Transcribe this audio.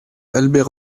albert